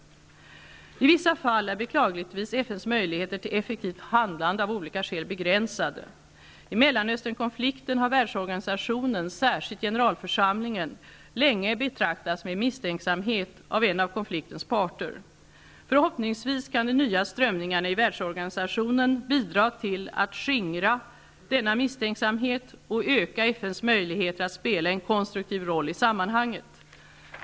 I vissa fall är beklagligtvis FN:s möjligheter till effektivt handlande av olika skäl begränsade. I Mellanösternkonflikten har världsorganisationen, särskilt generalförsamlingen, länge betraktats med misstänksamhet av en av konfliktens parter. Förhoppningsvis kan de nya strömningarna i världsorganisationen bidra till att skingra denna misstänksamhet och öka FN:s möjligheter att spela en konstruktiv roll i sammanhanget.